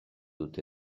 dute